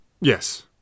Yes